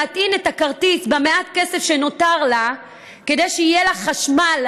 להטעין את הכרטיס במעט כסף שנותר לה כדי שיהיה לה חשמל,